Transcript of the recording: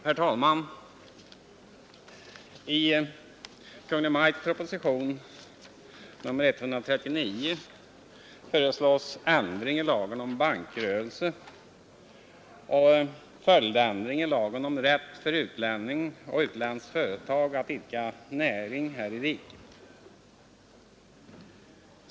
Herr talman! I Kungl. Maj:ts proposition 139 föreslås ändring i lagen om bankrörelse och följdändring i lagen om rätt för utlänning och utländskt företag att idka näring här i riket.